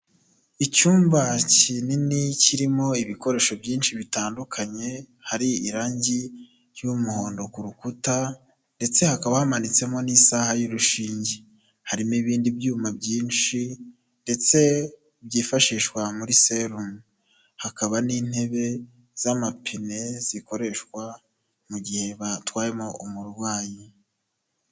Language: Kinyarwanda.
Icyumba kinini kirimo ibikoresho byinshi bitandukanye, hari irangi ry'umuhondo ku rukuta ndetse hakaba hamanitsemo n'isaha y'urushinge, harimo ibindi byuma byinshi ndetse byifashishwa muri serumu, hakaba n'intebe z'amapine zikoreshwa mu gihe batwayemo umurwayi.